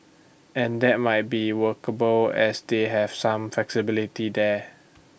and that might be workable as they have some flexibility there